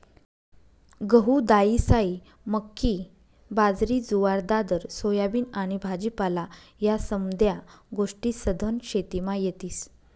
गहू, दायीसायी, मक्की, बाजरी, जुवार, दादर, सोयाबीन आनी भाजीपाला ह्या समद्या गोष्टी सधन शेतीमा येतीस